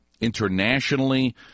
internationally